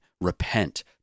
Repent